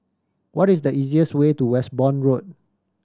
what is the easiest way to Westbourne Road